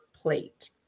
plate